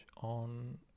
on